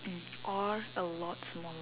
um or a lot smaller